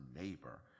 neighbor